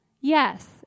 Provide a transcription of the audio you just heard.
Yes